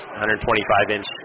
125-inch